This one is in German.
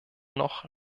noch